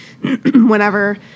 whenever